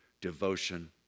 devotion